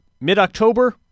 mid-October